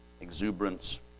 exuberance